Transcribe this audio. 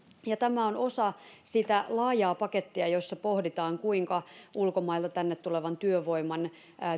ja tämä on osa sitä laajaa pakettia jossa pohditaan kuinka ulkomailta tänne tulevan työvoiman